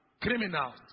criminals